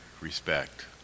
respect